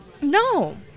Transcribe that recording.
No